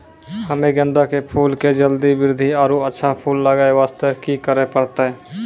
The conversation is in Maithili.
हम्मे गेंदा के फूल के जल्दी बृद्धि आरु अच्छा फूल लगय वास्ते की करे परतै?